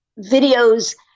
videos